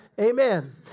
Amen